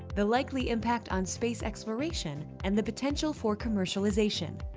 the likely impact on space exploration, and the potential for commercialization.